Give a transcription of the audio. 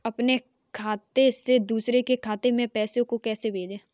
अपने खाते से दूसरे के खाते में पैसे को कैसे भेजे?